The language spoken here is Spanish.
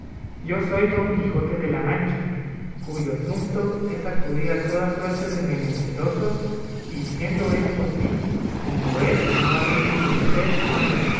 yo soy don quijote de la mancha cuyo asumpto es acudir a toda suerte de menesterosos y siendo esto así como lo es no habéis menester señora